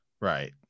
right